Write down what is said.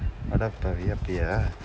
அதான் இப்ப:athaan ippa V_I_P ah